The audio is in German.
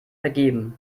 vergeben